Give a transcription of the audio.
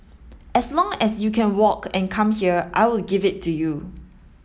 as long as you can walk and come here I will give it to you